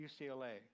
UCLA